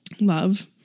love